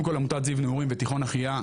קודם כל עמותת זיו נעורים ותיכון אחיה,